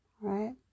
right